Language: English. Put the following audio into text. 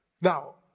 Now